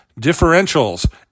differentials